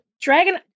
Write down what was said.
Dragon